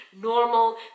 normal